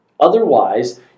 Otherwise